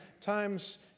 times